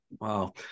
wow